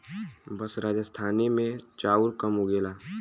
बस राजस्थाने मे चाउर कम उगेला